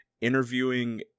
interviewing